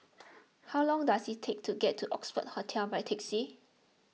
how long does it take to get to Oxford Hotel by taxi